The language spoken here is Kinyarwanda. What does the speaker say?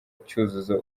cyuzuzo